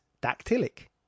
dactylic